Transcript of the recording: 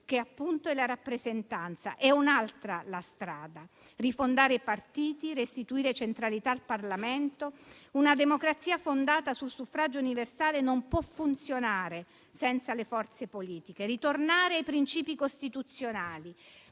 che appunto è la rappresentanza. È un'altra la strada: rifondare i partiti, restituire centralità al Parlamento. Una democrazia fondata sul suffragio universale non può funzionare senza le forze politiche. Ritornare ai princìpi costituzionali,